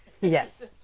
Yes